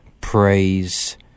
praise